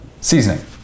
Seasoning